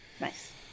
Nice